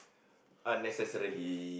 unnecessarily